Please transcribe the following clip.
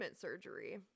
surgery